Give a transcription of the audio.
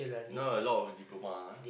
now a lot of diploma ah